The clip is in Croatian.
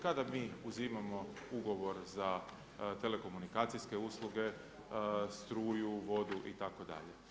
Kada mi uzimamo ugovor za telekomunikacijske usluge, struju, vodu itd.